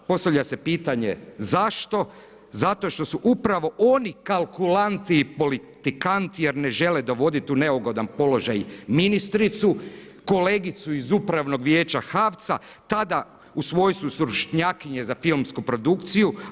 Postavlja se pitanje, zašto, zato što su upravo oni kalkulanti i politikanti, jer ne žele dovoditi u neugodan položaj ministricu, kolegicu iz upravnog vijeća HAVC-a tada u svojstvu vršnjake za filmsku produkciji.